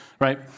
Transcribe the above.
right